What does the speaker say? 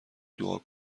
دعا